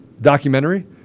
documentary